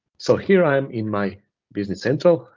so here, i'm in my business central,